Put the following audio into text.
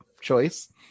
choice